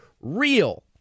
real